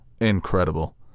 Incredible